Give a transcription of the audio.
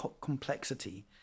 complexity